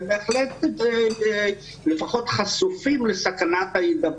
הם בהחלט לפחות חשופים לסכנת ההידבקות.